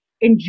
enjoy